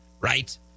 Right